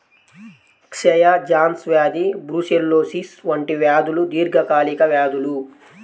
క్షయ, జాన్స్ వ్యాధి బ్రూసెల్లోసిస్ వంటి వ్యాధులు దీర్ఘకాలిక వ్యాధులు